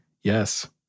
Yes